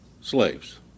slaves